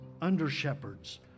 under-shepherds